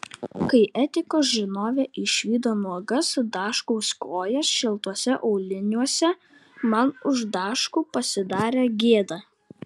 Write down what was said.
kai etikos žinovė išvydo nuogas daškaus kojas šiltuose auliniuose man už daškų pasidarė gėda